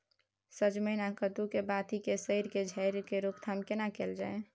सजमैन आ कद्दू के बाती के सईर के झरि के रोकथाम केना कैल जाय?